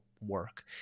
work